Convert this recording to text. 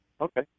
okay